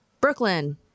Brooklyn